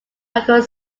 michael